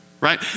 Right